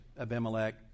Abimelech